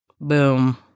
Boom